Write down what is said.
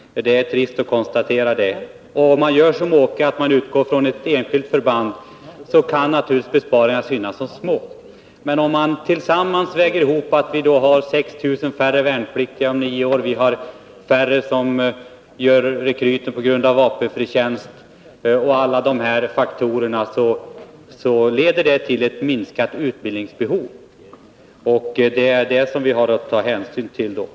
Det är trist att konstatera. Om man gör som Åke Gustavsson och utgår från ett enskilt förband kan naturligtvis besparingarna synas små. Men de förhållandena att vi kommer att ha 6 000 färre värnpliktiga om nio år och att vi på grund av vapenfri tjänst kommer att ha färre rekryter leder till ett minskat utbildningsbehov. Det är det som vi har att ta hänsyn till.